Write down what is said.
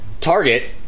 Target